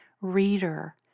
reader